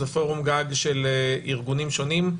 זה פורום גג של ארגונים שונים.